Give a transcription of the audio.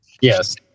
Yes